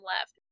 left